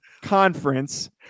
Conference